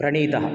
प्रणीतः